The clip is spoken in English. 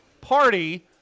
party